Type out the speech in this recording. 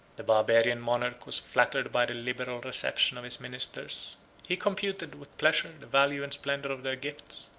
the barbarian monarch was flattered by the liberal reception of his ministers he computed, with pleasure, the value and splendor of their gifts,